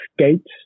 skates